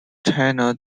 chinese